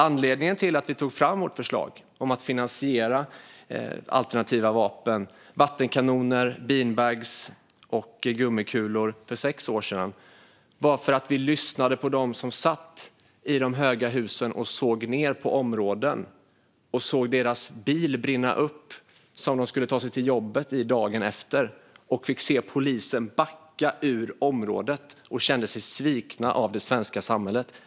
Anledningen till att vi tog fram vårt förslag om att finansiera alternativa vapen, vattenkanoner, beanbags och gummikulor, för sex år sedan var för att vi lyssnade på dem som satt i de höga husen och såg ned på området och som såg sin bil, som de skulle ta sig till jobbet med dagen efter, brinna upp. De såg hur polisen backade ut ur området och kände sig svikna av det svenska samhället.